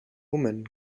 woman